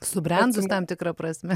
subrendus tam tikra prasme